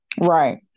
Right